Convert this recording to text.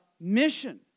mission